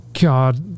god